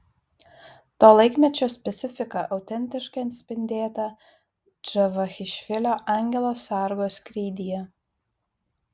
to laikmečio specifika autentiškai atspindėta džavachišvilio angelo sargo skrydyje